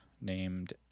named